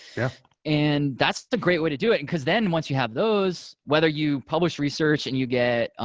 yeah and that's the great way to do it, because then once you have those, whether you publish research and you get